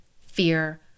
fear